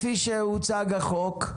כפי שהוצג החוק,